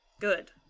Good